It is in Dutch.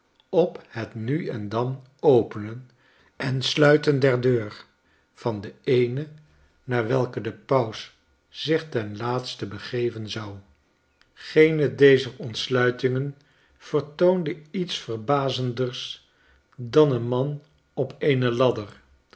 op het nu en dan openen en sluiten der deur van de eene naar welke de paus zich ten laatste begeven zou geene dezer ontsluitingen vertoonde iets verbazenders dan een man op eene ladder